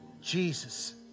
Jesus